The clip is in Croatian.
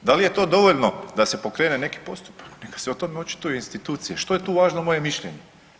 Da li je to dovoljno da se pokrene neki postupak, neka se o tome očituju institucije što je tu važno moje mišljenje.